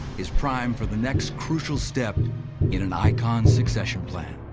is primed for the next crucial step in an icon's succession plan.